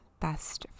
best